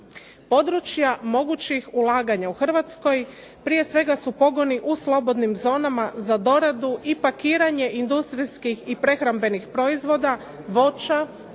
Područja mogućih ulaganja u Hrvatskoj prije svega su pogoni u slobodnim zonama za doradu i pakiranje industrijskih i prehrambenih proizvoda voća,